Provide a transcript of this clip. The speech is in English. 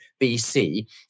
BC